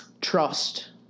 Trust